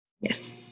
Yes